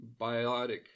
biotic